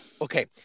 Okay